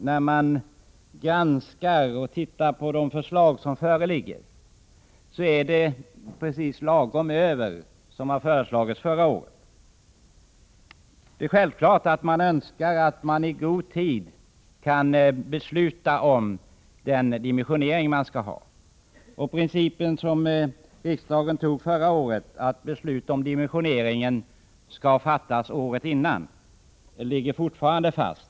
När man granskar de förslag som föreligger finner man att de ligger precis lagom över vad de föreslog förra året. Det är självklart att man Önskar att i god tid kunna besluta om den dimensionering man skall ha, och den princip som riksdagen antog förra året, att beslut om dimensioneringen skall fattas året innan, ligger fortfarande fast.